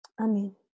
Amen